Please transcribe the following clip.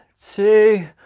two